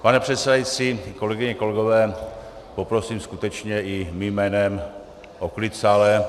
Pane předsedající, kolegyně, kolegové, poprosím skutečně i mým jménem o klid v sále.